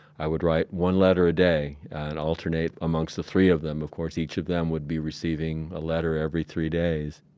i would write one letter a day and alternate amongst three of them. of course, each of them would be receiving a letter every three days.